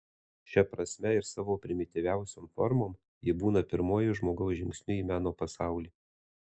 šia prasme ir savo primityviausiom formom ji būna pirmuoju žmogaus žingsniu į meno pasaulį